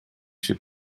się